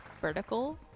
vertical